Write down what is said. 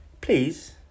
Please